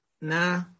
Nah